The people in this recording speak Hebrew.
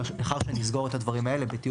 לאחר שנסגור את הדברים האלה בתיאום